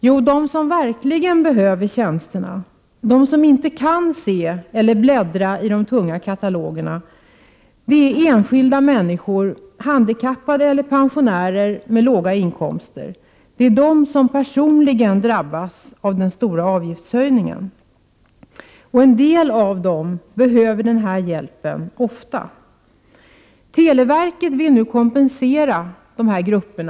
Jo, de som verkligen behöver tjänsterna — de som inte kan se eller bläddra i de tunga katalogerna drabbas personligen av den stora avgiftshöj ningen. Det gäller enskilda personer, ofta med låga inkomster. Det gäller Prot. 1988/89:26 handikappade. En del av dessa människor behöver den här hjälpen ofta. 17 november 1988 Televerket vill nu kompensera dessa grupper.